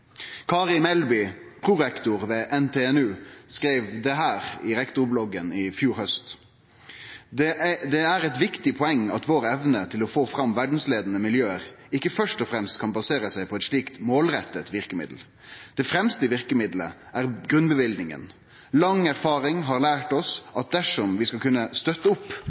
Kari Melby, prorektor ved NTNU, skreiv dette i rektorbloggen i fjor haust: «Men det er et viktig poeng at vår evne til å få fram verdensledende miljøer, ikke først og fremst kan basere seg på et slikt målrettet virkemiddel. Det fremste virkemiddelet er grunnbevilgningen. Lang erfaring har lært oss at dersom vi skal kunne støtte opp